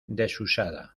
desusada